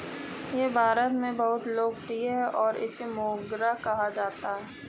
यह भारत में बहुत लोकप्रिय है और इसे मोगरा कहा जाता है